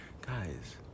Guys